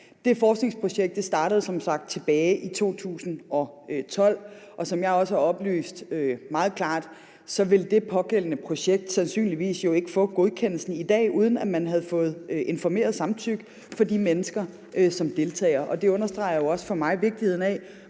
Det forskningsprojekt startede som sagt tilbage i 2012, og som jeg også meget klart har oplyst, ville det pågældende projekt jo sandsynligvis ikke få godkendelsen i dag, uden at man havde fået informeret samtykke fra de mennesker, som deltager. Det understreger jo også for mig vigtigheden af